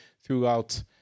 throughout